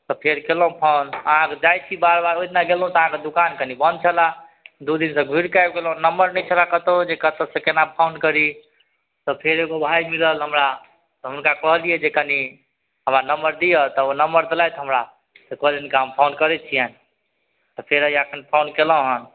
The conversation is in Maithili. तऽ फेर कएलहुँ फोन आब जाइ छी बार बार ओहि दिना गेलहुँ तऽ अहाँके दोकान कनि बन्द छलऽ दुइ दिनसँ घुरिकऽ आबि गेलहुँ नम्बर नहि छलऽ कतहु जे कतऽसँ कोना फोन करी तऽ फेर एगो भाइ मिलल हमरा तऽ हुनका कहलिए जे कनि हमरा नम्बर दिअऽ तब ओ नम्बर देलथि हमरा तऽ कहलिअनि हुनका हम फोन करै छिअनि तऽ फेर हेए एखन फोन कएलहुँ हँ